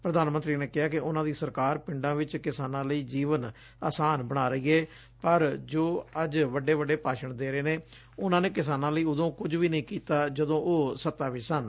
ਪ੍ਰਧਾਨ ਮੰਤਰੀ ਨੇ ਕਿਹਾ ਕਿ ਉਨ੍ਨਾ ਦੀ ਸਰਕਾਰ ਪਿੰਡਾ ਵਿਚ ਕਿਸਾਨਾ ਲਈ ਜੀਵਨ ਆਸਾਨ ਬਣਾ ਰਹੀ ਏ ਪਰ ਜੋ ਅੱਜ ਵੱਡੇ ਵੱਡੇ ਭਾਸ਼ਣ ਦੇ ਰਹੇ ਨੇ ਉਨ੍ਪਾ ਨੇ ਕਿਸਾਨਾਂ ਲਈ ਉਦੋ ਕੁਝ ਵੀ ਨਹੀਂ ਕੀਤਾ ਜਦੋਂ ਉਹ ਸੱਤਾ ਵਿਚ ਸਨ